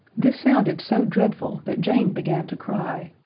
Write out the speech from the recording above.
this sounded so dreadful that jane began to cry.